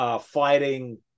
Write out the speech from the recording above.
fighting